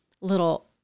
little